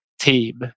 team